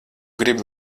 gribi